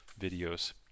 videos